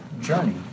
journey